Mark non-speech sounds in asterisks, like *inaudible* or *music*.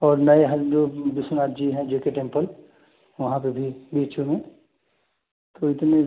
और नहीं हैं जो विश्वनाथ जी हैं जे के टेम्पल वहाँ पर भी *unintelligible* तो इतने